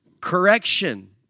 correction